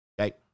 okay